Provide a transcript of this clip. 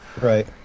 Right